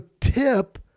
tip